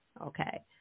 Okay